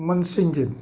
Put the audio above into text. मनसिंजित